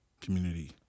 community